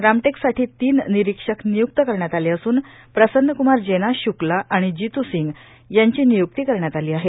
रामटेक साठी तीन निरीक्षक निय्क्त करण्यात आले असून प्रसन्न क्मार जेना श्क्ला आणि जित् सिंग यांची निय्क्ती करण्यात आली आहे